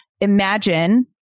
imagine